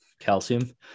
calcium